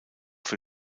für